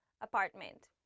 apartment